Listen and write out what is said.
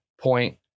point